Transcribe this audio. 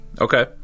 Okay